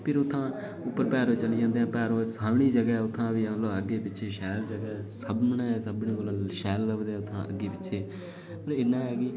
फिर उत्थुआं पैद्दल चली जंदे पैद्दल साबंली जगह ऐ अग्गें पिच्छें शैल जगह ऐ सामनै सभनें कोला शैल लभदे उत्थुआं अग्गें पिच्छें मतलब इ'न्ना ऐ कि